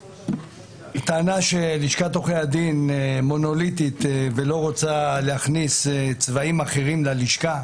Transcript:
הוא טען שלשכת עורכי הדין מונוליטית ולא רוצה להכניס צבעים אחרים ללשכה.